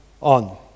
on